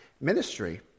ministry